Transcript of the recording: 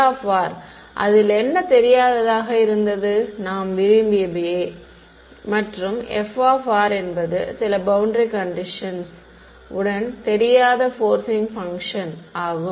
φ அதில் என்ன தெரியாததாக இருந்தது நாம் விரும்பியவையே மற்றும் f என்பது சில பௌண்டரி கண்டிஷன்ஸ் உடன் தெரியாத போர்சிங் பங்க்ஷன் ஆகும்